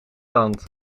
tand